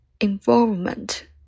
Involvement